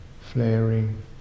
flaring